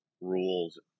rules